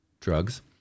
drugs